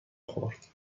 خورد